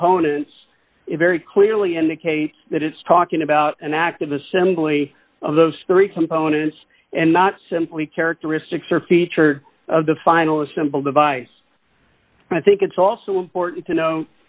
components it very clearly indicates that it's talking about an active assembly of those three components and not simply characteristics or featured of the final a simple device i think it's also important to know